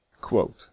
Quote